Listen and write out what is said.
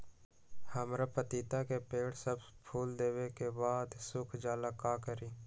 हमरा पतिता के पेड़ सब फुल देबे के बाद सुख जाले का करी?